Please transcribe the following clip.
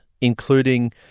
including